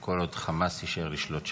כל עוד חמאס יישאר לשלוט שם,